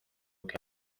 que